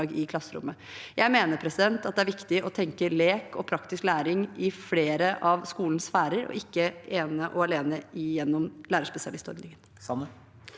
Jeg mener at det er viktig å tenke lek og praktisk læring i flere av skolens sfærer, ikke ene og alene gjennom lærerspesialistordningen.